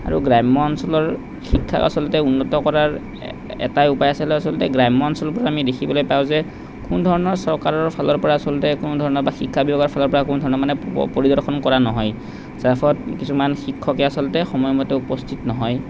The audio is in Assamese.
আৰু গ্ৰাম্য অঞ্চলৰ শিক্ষা আচলতে উন্নত কৰাৰ এ এটাই উপায় আছে আচলতে গ্ৰাম্য অঞ্চলবোৰত আমি দেখিবলৈ পাওঁ যে কোনো ধৰণৰ চৰকাৰৰ ফালৰ পৰা আচলতে কোনো ধৰণৰ বা শিক্ষা ব্যৱস্থাৰ ফালৰ পৰা কোনো ধৰণৰ মানে প পৰিদৰ্শন কৰা নহয় যাৰ ফলত কিছুমান শিক্ষকে আচলতে সময়মতে উপস্থিত নহয়